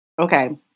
Okay